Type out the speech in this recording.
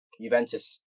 Juventus